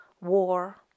war